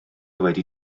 wedi